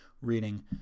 reading